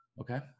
Okay